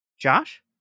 Josh